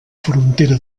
frontera